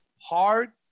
hard